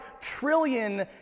trillion